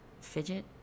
fidget